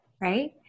right